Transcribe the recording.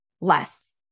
less